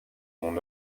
mon